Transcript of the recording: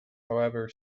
however